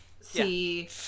see